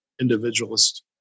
individualist